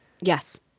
Yes